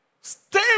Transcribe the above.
stay